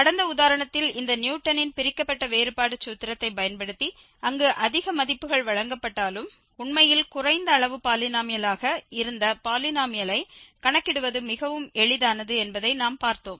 கடந்த உதாரணத்தில் இந்த நியூட்டனின் பிரிக்கப்பட்ட வேறுபாடு சூத்திரத்தைப் பயன்படுத்தி அங்கு அதிக மதிப்புகள் வழங்கப்பட்டாலும் உண்மையில் குறைந்த அளவு பாலினோமியலாக இருந்த பாலினோமியலை க்கணக்கிடுவது மிகவும் எளிதானது என்பதை நாம் பார்த்தோம்